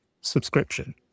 subscription